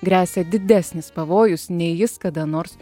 gresia didesnis pavojus nei jis kada nors